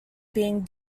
being